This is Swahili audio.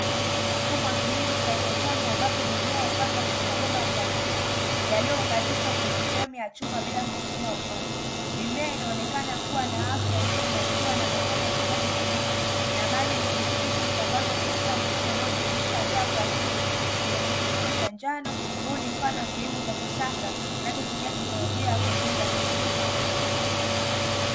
Mfumo wa kilimo cha haidroponi, ambapo mimea hupandwa kwenye mabomba ya plastiki yaliyounganishwa kwenye fremu ya chuma bila kutumia udongo. Mimea inaonekana kuwa na afya njema ikiwa na majani ya kijani kibichi na maji yenye virutubisho, husambazwa kupitia mfumo unaojumuisha ndoo ya plastiki yenye kifuniko cha njano. Huu ni mfano wa kilimo cha kisasa kinachotumia teknolojia ya kuongeza tija.